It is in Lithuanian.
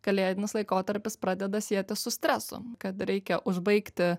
kalėdinis laikotarpis pradeda sietis su stresu kad reikia užbaigti